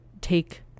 take